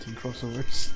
crossovers